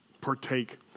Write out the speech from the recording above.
partake